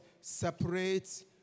separates